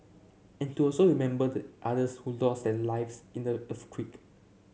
and to also remember the others who lost their lives in the earthquake